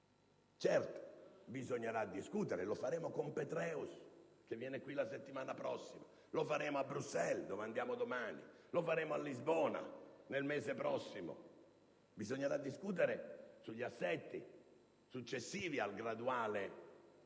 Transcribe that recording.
Certo, bisognerà discutere (e lo faremo con Petraeus che verrà qui la settimana prossima; lo faremo a Bruxelles, dove andremo domani; lo faremo a Lisbona nel mese prossimo) sugli assetti successivi al graduale